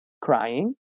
Crying